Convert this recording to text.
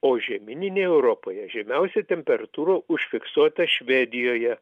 o žemyninėj europoje žemiausia temperatūra užfiksuota švedijoje